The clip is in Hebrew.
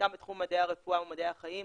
חלקם בתחום מדעי הרפואה ומדעי החיים,